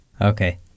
Okay